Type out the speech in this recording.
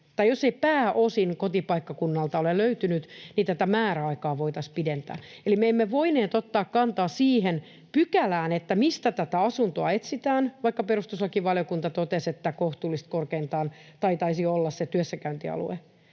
tai jos ei pääosin kotipaikkakunnalta ole löytynyt, niin tätä määräaikaa voitaisiin pidentää. Eli me emme voineet ottaa kantaa siihen pykälään, että mistä tätä asuntoa etsitään, vaikka perustuslakivaliokunta totesi, että kohtuullisesti korkeintaan taisi olla työssäkäyntialueelta,